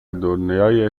دنیای